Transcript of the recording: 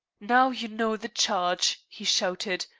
now you know the charge, he shouted,